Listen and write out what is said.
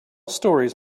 stories